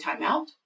timeout